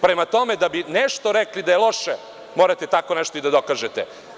Prema tome, da bi nešto rekli da je loše, morate tako nešto i da dokažete.